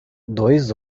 dois